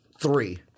three